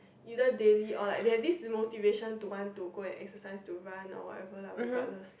either daily or like then this motivation want to go and exercise to run or ever lah regardless